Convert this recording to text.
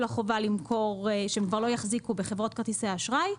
החובה למכור ושהם כבר לא יחזיקו בחברות כרטיסי האשראי,